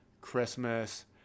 Christmas